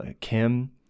Kim